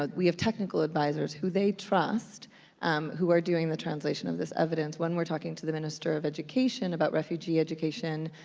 ah we have technical advisors who they trust um who are doing the translation of this evidence. when we're talking to the minister of education about refugee education,